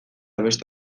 beste